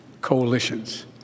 coalitions